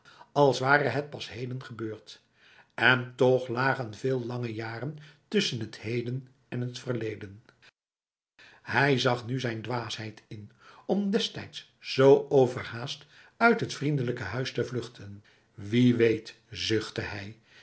als ware het pas heden gebeurd en toch lagen veel lange jaren tusschen het heden en het verleden hij zag nu zijn dwaasheid in om destijds zoo overhaast uit het vriendelijke huis te vluchten wie weet zuchtte hij